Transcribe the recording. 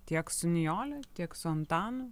tiek su nijole tiek su antanu